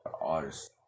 artists